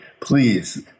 Please